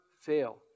fail